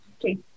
okay